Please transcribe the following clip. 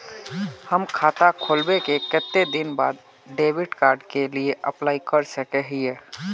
हम खाता खोलबे के कते दिन बाद डेबिड कार्ड के लिए अप्लाई कर सके हिये?